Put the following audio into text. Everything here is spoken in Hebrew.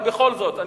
אבל בכל זאת,